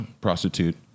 prostitute